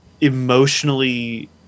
emotionally